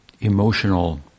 emotional